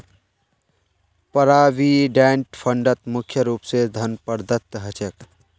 provident फंडत मुख्य रूप स धन प्रदत्त ह छेक